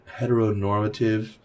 heteronormative